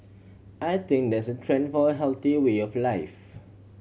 I think there's a trend for a healthier way of life